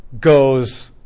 goes